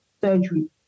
surgery